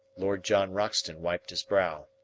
lord john roxton wiped his brow.